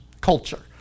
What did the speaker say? Culture